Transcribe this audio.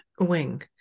wing